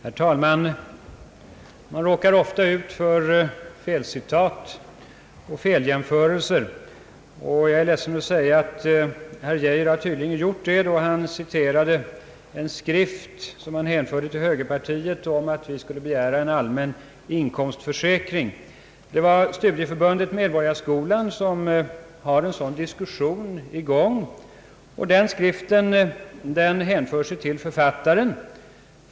Herr talman! Man råkar ofta ut för felceitat och feljämförelser. Jag är ledsen att säga det, men herr Geijer har tydligen gjort det, då han citerade en skrift, som han hänförde till högerpartiet, om att vi skulle begära en allmän inkomstförsäkring. Det är Studieförbundet Medborgarskolan som har en sådan diskussion i gång, och skriften hänför sig till författaren.